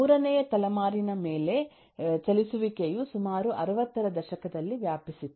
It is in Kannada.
ಮೂರನೆಯ ತಲೆಮಾರಿನ ಮೇಲೆ ಚಲಿಸುವಿಕೆಯು ಸುಮಾರು 60 ರ ದಶಕದಲ್ಲಿ ವ್ಯಾಪಿಸಿತ್ತು